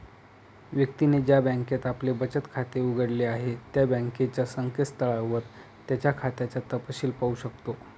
व्यक्तीने ज्या बँकेत आपले बचत खाते उघडले आहे त्या बँकेच्या संकेतस्थळावर त्याच्या खात्याचा तपशिल पाहू शकतो